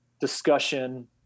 discussion